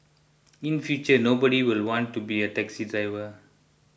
in future nobody will want to be a taxi driver